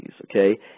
okay